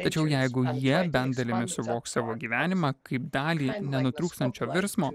tačiau jeigu jie bent dalimi suvoks savo gyvenimą kaip dalį nenutrūkstančio virsmo